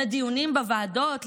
לדיונים בוועדות,